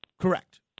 Correct